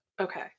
Okay